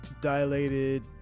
dilated